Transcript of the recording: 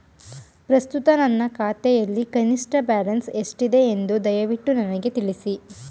ಪ್ರಸ್ತುತ ನನ್ನ ಖಾತೆಯಲ್ಲಿ ಕನಿಷ್ಠ ಬ್ಯಾಲೆನ್ಸ್ ಎಷ್ಟಿದೆ ಎಂದು ದಯವಿಟ್ಟು ನನಗೆ ತಿಳಿಸಿ